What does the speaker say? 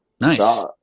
nice